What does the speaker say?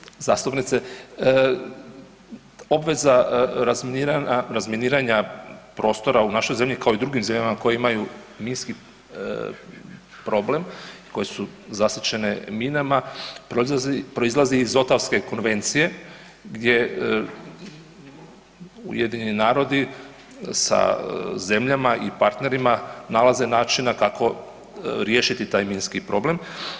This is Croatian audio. Poštovana zastupnice obveza razminiranja prostora u našoj zemlji kao i drugim zemljama koje imaju minski problem i koje su zasićene minama proizlazi iz Otavske konvencije gdje UN sa zemljama i partnerima nalaze načina kako riješiti taj minski problem.